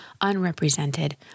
unrepresented